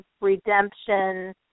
redemption